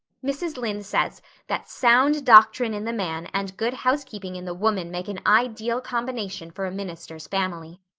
mrs. lynde says that sound doctrine in the man and good housekeeping in the woman make an ideal combination for a minister's family.